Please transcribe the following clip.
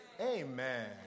Amen